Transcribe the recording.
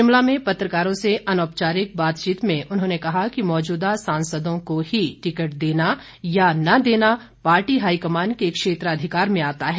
शिमला में पत्रकारों से अनौपचारिक बातचीत में उन्होंने कहा कि मौजूदा सांसदों को ही टिकट देना या न देना पार्टी हाईकमान के क्षेत्राधिकार में आता है